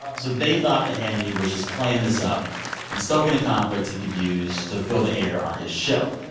so they thought that hannity was just playing this up and stoking a conflict he could use to fill the air on his show. yeah